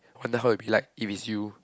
wonder how it be like if it's you